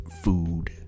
food